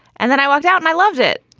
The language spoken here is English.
and then i walked out. my loves it.